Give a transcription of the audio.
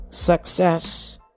Success